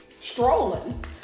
strolling